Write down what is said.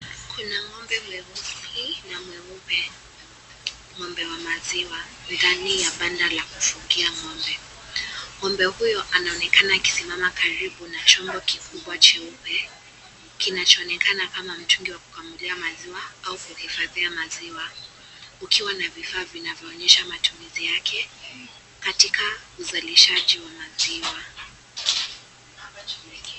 Kuna ngombe mweusi na mweupe, ngombe wa maziwa ndani ya banda la kufugia ngombe, ngombe huyo anaonekana akisimama karibu na chombo kikubwa cheupe kinachoonekana kama mtugi wa kukamulia maziwa au kuhifadhia maziwa kukiwa na vifaa vinavyoonyesha matumizi yake katika uzalishaji wa maziwa .